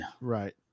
right